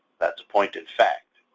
that's a point in fact.